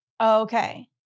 Okay